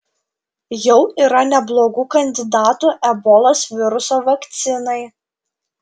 jau yra neblogų kandidatų ebolos viruso vakcinai